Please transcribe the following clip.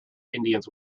indians